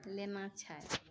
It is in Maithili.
लेना छै